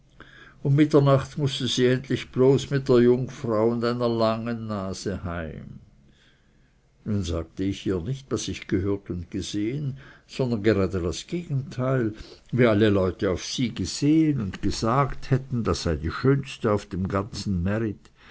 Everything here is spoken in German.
um mitternacht mußte sie endlich bloß mit der jungfer und einer langen nase heim nun sagte ich ihr nicht was ich gehört und gesehen sondern gerade das gegenteil wie alle leute auf sie gesehen und gesagt hätten das sei die schönste auf dem ganzen märit